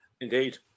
Indeed